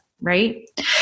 right